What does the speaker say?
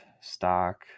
stock